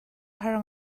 har